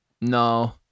no